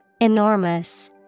Enormous